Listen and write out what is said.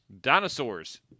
Dinosaurs